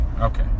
okay